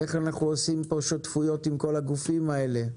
איך אנחנו עושים פה שותפויות עם כל הגופים האלה.